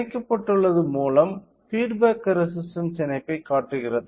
இணைக்கப்பட்டுள்ளது மூலம் feedback resistance இணைப்பைக் காட்டுகிறது